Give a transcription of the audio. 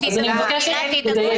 אז אני מבקשת לדייק.